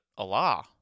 Allah